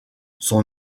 son